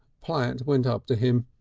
platt went up to him.